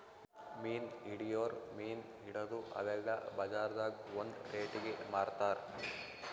ಮೀನ್ ಹಿಡಿಯೋರ್ ಮೀನ್ ಹಿಡದು ಅವೆಲ್ಲ ಬಜಾರ್ದಾಗ್ ಒಂದ್ ರೇಟಿಗಿ ಮಾರ್ತಾರ್